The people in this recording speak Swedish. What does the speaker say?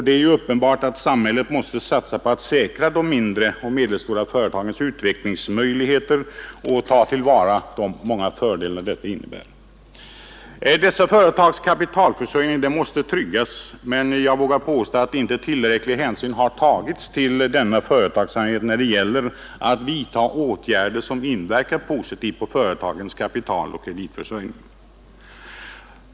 Det är uppenbart att samhället måste satsa på att säkra de mindre och medelstora företagens utvecklingsmöjligheter och att ta till vara deras många fördelar. Dessa företags kapitalförsörjning måste tryggas, men jag vågar påstå att tillräcklig hänsyn inte har tagits till denna företagsamhet när det gäller att vidta åtgärder som inverkar positivt på företagens kapitaloch kreditförhållanden.